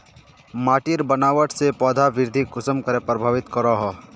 माटिर बनावट से पौधा वृद्धि कुसम करे प्रभावित करो हो?